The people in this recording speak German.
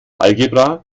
algebra